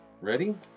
Ready